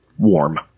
Warm